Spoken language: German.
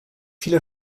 viele